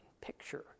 picture